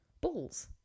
balls